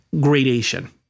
gradation